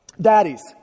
Daddies